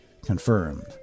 confirmed